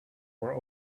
were